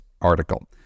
article